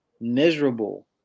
miserable